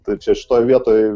tai čia šitoj vietoj